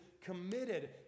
committed